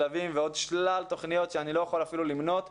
שלבים ועוד שלל תוכניות שאני אפילו לא יכול למנות אותן.